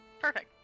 Perfect